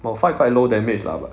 malphite quite low damage lah but